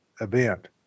event